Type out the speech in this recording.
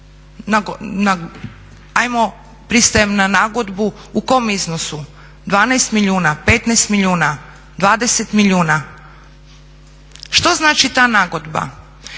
hajmo, pristajem na nagodbu u kom iznosu? 12 milijuna, 15 milijuna, 20 milijuna. Što znači ta nagodba?